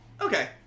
Okay